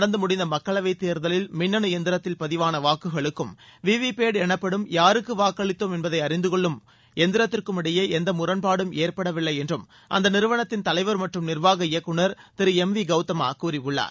நடந்து முடிந்த மக்களவைத் தேர்தலில் மின்னனு எந்திரத்தில் பதிவான வாக்குகளுக்கும் விவிபேட் எனப்படும் யாருக்கு வாக்களித்தோம் என்பதை அறிந்து கொள்ளும் அறிந்து கொள்ளும் எந்திரத்திற்கும் இடையே எந்த முரண்பாடும் ஏற்படவில்லை என்றும் அந்த நிறுவனத்தின் தலைவர் மற்றும் நிர்வாக இயக்குநர் திரு எம் வி கௌதமா கூறியுள்ளார்